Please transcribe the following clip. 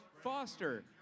foster